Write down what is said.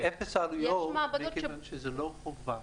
זה אפס עלויות מכיוון שזה לא חובה.